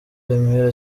remera